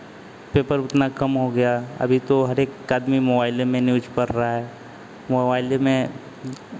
paper उतना कम हो गया अभी तो हरेक आदमी मोबाइले में न्यूज़ पढ़ रहा है मोबाइले में